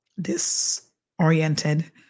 disoriented